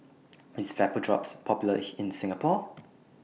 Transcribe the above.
IS Vapodrops Popular in Singapore